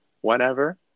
whenever